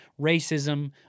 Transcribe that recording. racism